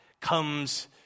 comes